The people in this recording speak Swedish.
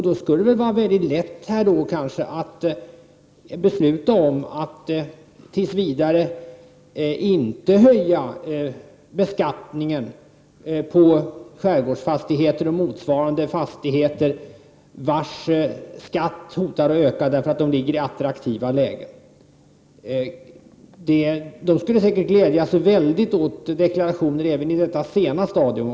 Då skulle det väl vara lätt att besluta om att tills vidare inte höja skatten på skärgårdsfastigheter och motsvarande fastigheter, vilkas skatter hotar att öka därför att de har attraktiva lägen. Sådana deklarationer skulle säkert vara mycket glädjande även på detta sena stadium.